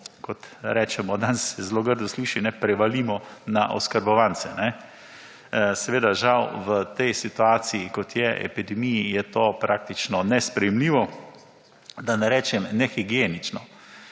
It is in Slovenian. kot rečem danes se zelo grdo sliši prevalimo na oskrbovance. Seveda žal v tej situaciji kot je epidemiji je to praktično nesprejemljivo, da ne rečem nehigienično